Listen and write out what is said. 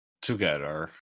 Together